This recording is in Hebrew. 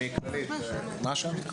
מה השם?